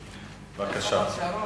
בבקשה.